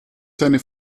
seine